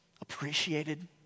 appreciated